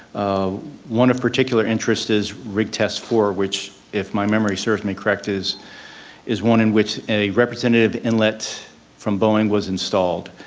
um one of particular interest is rig test four which, if my memory serves me correct, is is one in which a representative inlet from boeing was installed.